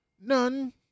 None